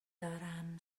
دارم